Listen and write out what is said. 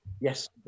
Yes